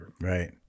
right